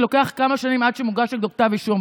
לוקח כמה שנים עד שמוגש נגדו כתב אישום.